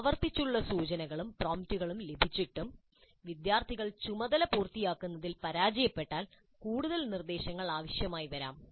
ആവർത്തിച്ചുള്ള സൂചനകളും പ്രോംപ്റ്റുകളും ലഭിച്ചിട്ടും വിദ്യാർത്ഥികൾ ചുമതല പൂർത്തിയാക്കുന്നതിൽ പരാജയപ്പെട്ടാൽ കൂടുതൽ നിർദ്ദേശങ്ങൾ ആവശ്യമായി വരാം